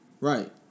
Right